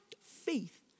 faith